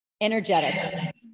Energetic